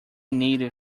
native